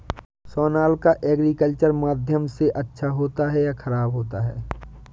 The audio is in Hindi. सोनालिका एग्रीकल्चर माध्यम से अच्छा होता है या ख़राब होता है?